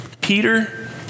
Peter